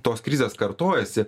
tos krizės kartojasi